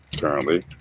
currently